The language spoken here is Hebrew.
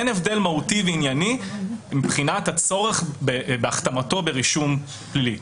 אין כאן הבדל מהותי וענייני שמצדיק את הצורך בהכתמתו ברישום פלילי.